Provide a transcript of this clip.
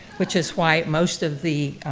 which is why most of the